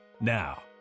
Now